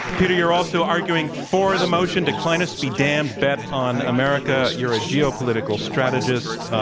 peter, you're also arguing for the motion declinists be damned bet on america. you're a geopolitical strategist.